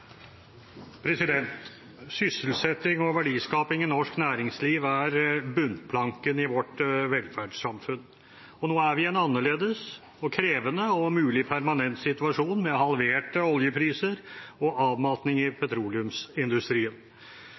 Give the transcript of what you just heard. bunnplanken i vårt velferdssamfunn, og nå er vi i en annerledes og krevende og mulig permanent situasjon med halverte oljepriser og avmatning i petroleumsindustrien.